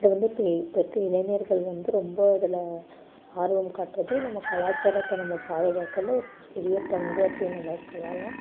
இதை வந்து இப்போ இப்போ இருக்கிற இளைஞர்கள் வந்து ரொம்ப இதில் ஆர்வம் காட்டுறதே நம்ம கலாச்சாரத்தை நம்ம பாதுகாக்கிறதுல ஒரு பெரிய பங்கு அப்படினு நம்ம சொல்லலாம்